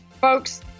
folks